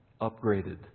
upgraded